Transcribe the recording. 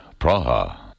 Praha